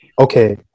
okay